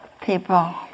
people